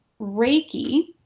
Reiki